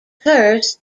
first